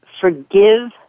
forgive